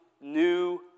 new